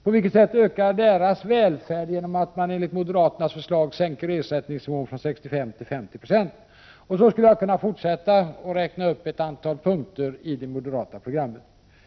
På vilket sätt ökar deras välfärd genom att ersättningsnivån sänks från 65 till 50 26, enligt moderaternas förslag? Så skulle jag kunna fortsätta att räkna upp ett antal punkter i det moderata programmet.